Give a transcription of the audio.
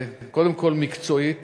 קודם כול מקצועית,